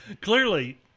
Clearly